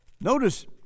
Notice